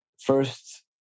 first